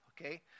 Okay